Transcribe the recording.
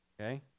okay